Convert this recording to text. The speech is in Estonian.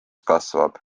kasvab